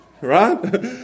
Right